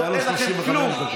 היו לו 35 דקות,